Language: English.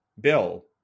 Bill